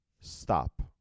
stop